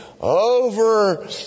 over